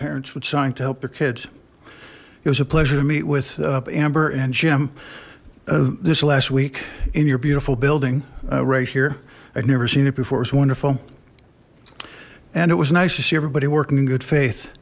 parents would sign to help the kids it was a pleasure to meet with amber and jim this last week in your beautiful building right here i've never seen it before it's wonderful and it was nice to see everybody working in good faith